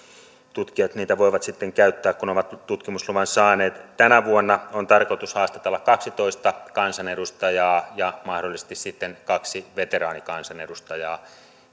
tutkijat niitä voivat sitten käyttää kun ovat tutkimusluvan saaneet tänä vuonna on tarkoitus haastatella kaksitoista kansanedustajaa ja mahdollisesti kaksi veteraanikansanedustajaa